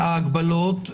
ההגבלות.